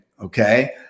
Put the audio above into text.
Okay